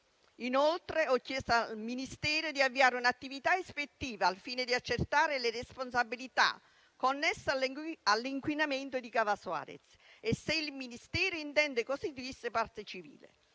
Inoltre, ho chiesto al Ministero di avviare un'attività ispettiva al fine di accertare le responsabilità connesse all'inquinamento di cava Suarez e se il Ministero intende costituirsi parte civile.